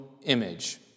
image